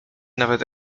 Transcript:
nawet